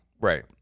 Right